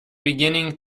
beginning